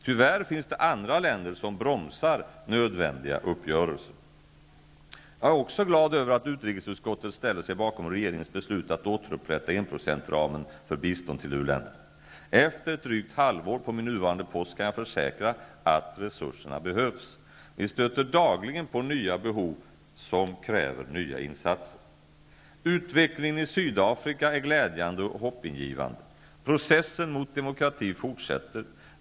Tyvärr finns det andra länder som bromsar nödvändiga uppgörelser. Jag är också glad över att utrikesutskottet ställer sig bakom regeringens beslut att återupprätta enprocentsramen för bistånd till u-länderna. Efter ett drygt halvår på min nuvarande post kan jag försäkra att resurserna behövs. Vi stöter dagligen på nya behov som kräver nya insatser. Utvecklingen i Sydafrika är glädjande och hoppingivande. Processen mot demokrati fortsätter.